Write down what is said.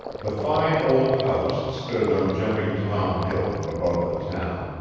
the fine old house stood on jumping tom hill, above the town.